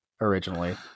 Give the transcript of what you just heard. originally